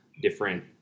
different